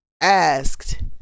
asked